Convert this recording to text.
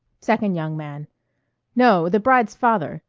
second young man no, the bride's father.